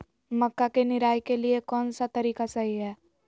मक्का के निराई के लिए कौन सा तरीका सही है?